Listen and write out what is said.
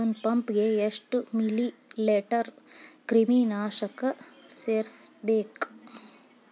ಒಂದ್ ಪಂಪ್ ಗೆ ಎಷ್ಟ್ ಮಿಲಿ ಲೇಟರ್ ಕ್ರಿಮಿ ನಾಶಕ ಸೇರಸ್ಬೇಕ್?